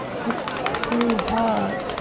it's so hard,